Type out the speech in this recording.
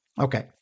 Okay